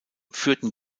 führten